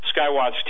Skywatch